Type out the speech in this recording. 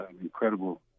incredible